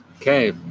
Okay